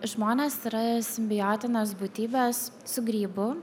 žmonės yra simbiotinės būtybės su grybu